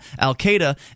al-Qaeda